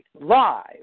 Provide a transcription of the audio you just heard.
live